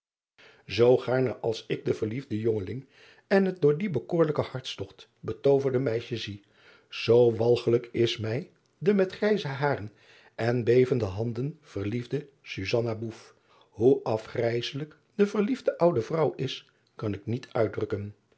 oo gaarne als ik den verliefden jongeling en het door dien bekoorlijken bartstogt betooverde meisje zie zoo walgelijk is mij de met grijze haren en bevende handen verliefde usanna oef hoe afgrijsselijk de verliefde oude vrouw is kan ik niet uitdrukken